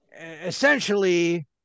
essentially